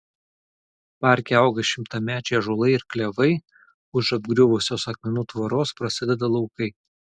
parke auga šimtamečiai ąžuolai ir klevai už apgriuvusios akmenų tvoros prasideda laukai